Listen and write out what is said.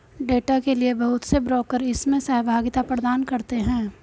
data के लिये बहुत से ब्रोकर इसमें सहभागिता प्रदान करते हैं